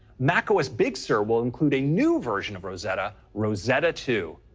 macos big sur will include a new version of rosetta, rosetta two.